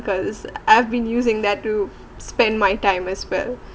cause I've been using that to spend my time as well